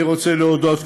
אני רוצה להודות,